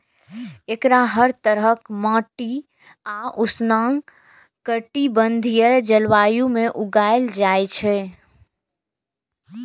एकरा हर तरहक माटि आ उष्णकटिबंधीय जलवायु मे उगायल जाए छै